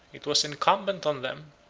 it was incumbent on them,